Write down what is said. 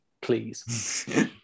please